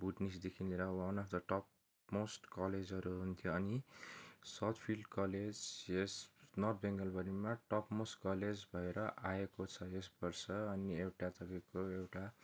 भुटनिसदेखि लिएर one of the topmost कलेजहरू हुन्थ्यो अनि साउथ फिल्ड कलेज यस नर्थ बेङ्गालभरिमा टपमोस्ट कलेज भएर आएको छ यस वर्ष अनि एउटा तपाईँको एउटा